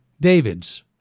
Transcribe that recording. David's